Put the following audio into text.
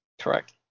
Correct